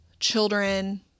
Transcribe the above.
children